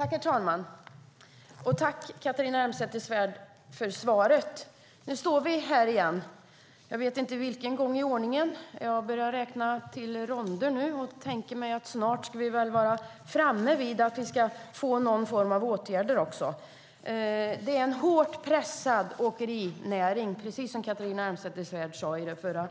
Herr talman! Jag tackar Catharina Elmsäter-Svärd för svaret. Nu står vi här igen; jag vet inte för vilken gång i ordningen. Jag har börjat räkna ronder och tänker att vi väl snart ska vara framme vid att få någon form av åtgärder. Det är en hårt pressad åkerinäring, precis som Catharina Elmsäter-Svärd sade i sitt förra